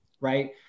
right